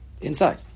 inside